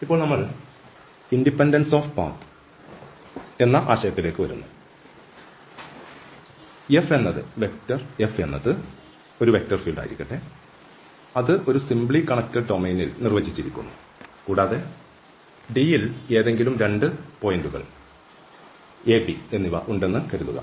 ഇപ്പോൾ ഈ independence of path എന്ന ആശയത്തിലേക്ക് വരുന്നു F എന്നത് ഒരു വെക്റ്റർ ഫീൽഡ് ആയിരിക്കട്ടെ അത് ഒരു സിംപ്ലി കണ്ണെക്ടഡ് ഡൊമെയ്നിൽ നിർവചിച്ചിരിക്കുന്നു കൂടാതെ D യിൽ ഏതെങ്കിലും 2 പോയിന്റുകൾ a b എന്നിവ ഉണ്ടെന്ന് കരുതുക